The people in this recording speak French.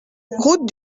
route